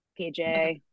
PJ